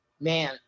man